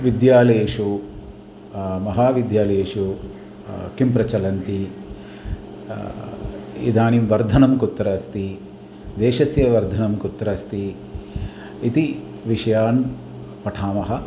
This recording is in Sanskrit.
विद्यालयेषु महाविद्यालयेषु किं प्रचलन्ति इदानीं वर्धनं कुत्र अस्ति देशस्य वर्धनं कुत्र अस्ति इति विषयान् पठामः